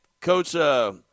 coach